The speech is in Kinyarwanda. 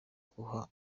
guhana